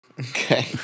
Okay